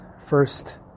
first